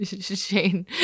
shane